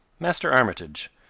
master armitage,